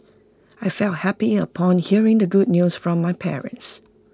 I felt happy upon hearing the good news from my parents